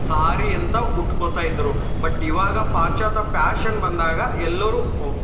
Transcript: ಸಾರಿ ಅಂತ ಉಟ್ಕೋತ ಇದ್ದರು ಬಟ್ ಇವಾಗ ಪಾಶ್ಚಾತ್ಯ ಪ್ಯಾಶನ್ ಬಂದಾಗ ಎಲ್ಲರೂ ಉ